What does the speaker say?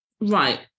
Right